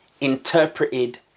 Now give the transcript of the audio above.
interpreted